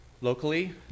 Locally